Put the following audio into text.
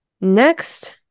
next